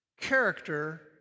character